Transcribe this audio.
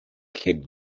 kid